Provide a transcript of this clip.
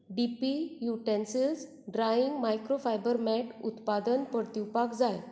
D P utensils drawing microfibre mat उत्पादन परतुवपाक जाय